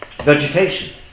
Vegetation